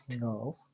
No